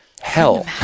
hell